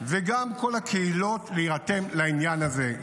וגם כל הקהילות, להירתם לעניין הזה.